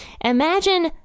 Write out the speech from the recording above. Imagine